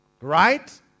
Right